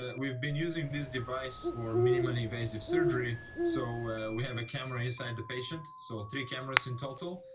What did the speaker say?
ah we've been using this device for minimum invasive surgery, so we have a camera inside the patient, so three cameras in total,